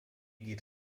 geht